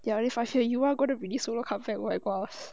they are already five years sua going to be release solo comeback oh my gosh